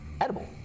edible